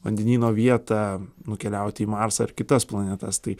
vandenyno vietą nukeliauti į marsą ar kitas planetas tai